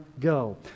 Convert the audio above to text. go